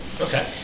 Okay